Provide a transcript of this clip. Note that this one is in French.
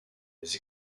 les